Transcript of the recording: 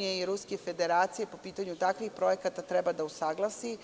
i Ruske Federacije, po pitanju takvih projekata, treba da usaglasi.